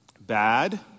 bad